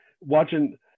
watching